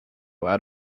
out